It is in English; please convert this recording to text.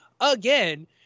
again